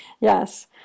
yes